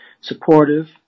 supportive